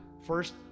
first